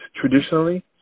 traditionally